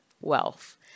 wealth